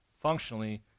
functionally